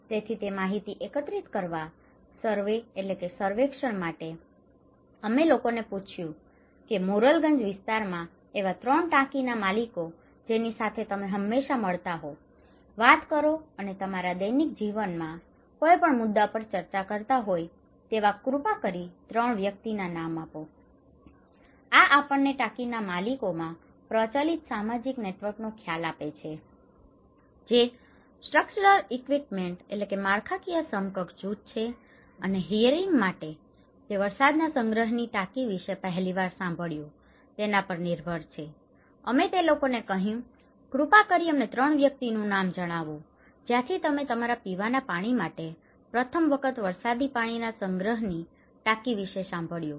તેથી તે માહિતી એકત્રિત કરવાં સર્વે survey સર્વેક્ષણ માટે અમે લોકોને પૂછ્યું કે મોરલગંજ વિસ્તારમાં એવા 3 ટાંકીના માલિકો જેની સાથે તમે હંમેશાં મળતા હોવ વાત કરો અને તમારા દૈનિક જીવનના કોઈપણ મુદ્દાઓ પર ચર્ચા કરતા હોય તેવા કૃપયા કરીને 3 વ્યક્તિના નામ આપો આ આપણને ટાંકીના માલિકોમાં પ્રચલિત સામાજિક નેટવર્ક્સનો ખ્યાલ આપે છે જે સ્ટ્રકચરલ ઇકવીવેલન્ટ structural equivalent માળખાકીય સમકક્ષ જૂથ છે અને હિયરિંગ hearing સુનવણી માટે તે વરસાદના સંગ્રહની ટાંકી વિશે પહેલીવાર સાંભળ્યું તેના પર નિર્ભર છે અમે તે લોકોને કહ્યું કૃપા કરીને અમને 3 વ્યક્તિઓનું નામ જણાવો જ્યાંથી તમે તમારા પીવાના પાણી માટે પ્રથમ વખત વરસાદી પાણીના સંગ્રહની ટાંકી વિશે સાંભળ્યું હતું